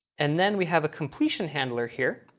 and then we have a completion handler here.